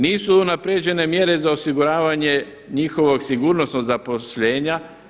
Nisu unaprijeđene mjere za osiguravanje njihovog sigurnosnog zaposlenja.